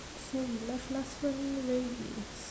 so we left last one already